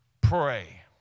pray